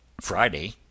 Friday